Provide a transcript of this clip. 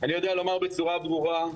אני יודע לומר בצורה ברורה,